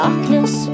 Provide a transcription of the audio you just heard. Darkness